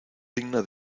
digna